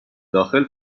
داخل